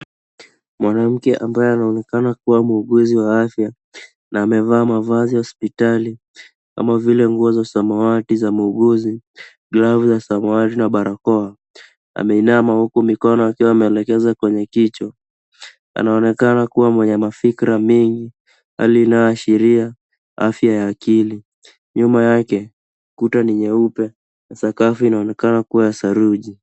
Mwanamke ambaya anaonekana kuwa muuguzi wa afya na amevaa mavazi ya hospitali kama vile nguo za samawati za muuguzi, glavu ya samawati na barakoa, ameinama huku mikono akiwa ameelekeza kwenye kichwa. Anaonekana kuwa mwenye mafikra mengi hali inayoashiria afya ya akili. Nyuma yake, kuta ni nyeupe na sakafu inaonekana kuwa ya saruji.